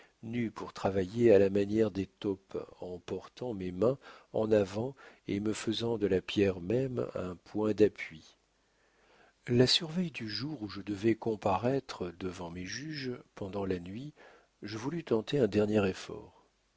nu pour travailler à la manière des taupes en portant mes mains en avant et me faisant de la pierre même un point d'appui la surveille du jour où je devais comparaître devant mes juges pendant la nuit je voulus tenter un dernier effort